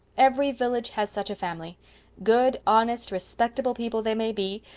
every village has such a family good, honest respectable people they may be,